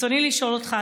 ברצוני לשאול אותך,